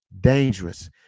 dangerous